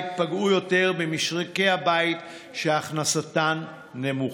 פגעו יותר במשקי הבית שהכנסתם נמוכה,